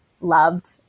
loved